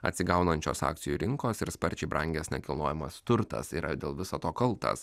atsigaunančios akcijų rinkos ir sparčiai brangęs nekilnojamas turtas yra dėl viso to kaltas